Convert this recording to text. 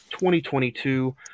2022